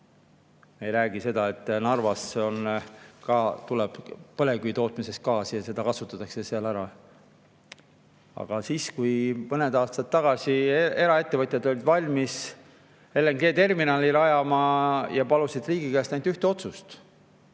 ei räägi seda, et Narvas tuleb ka põlevkivitootmises gaasi ja see kasutatakse seal ära. Aga kui mõned aastad tagasi eraettevõtjad olid valmis LNG-terminali rajama ja palusid riigi käest ainult ühte otsust,